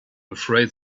afraid